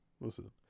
Listen